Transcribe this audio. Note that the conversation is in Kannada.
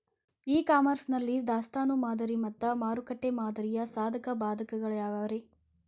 ಇ ಕಾಮರ್ಸ್ ನಲ್ಲಿ ದಾಸ್ತಾನು ಮಾದರಿ ಮತ್ತ ಮಾರುಕಟ್ಟೆ ಮಾದರಿಯ ಸಾಧಕ ಬಾಧಕಗಳ ಯಾವವುರೇ?